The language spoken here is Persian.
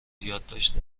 یادداشت